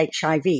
HIV